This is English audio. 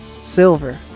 silver